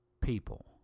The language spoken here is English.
People